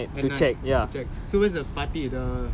at night to check so where's the party the